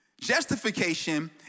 justification